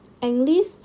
English